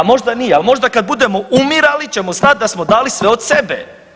A možda nije, ali možda kada budemo umirali ćemo znati da smo dali sve od sebe.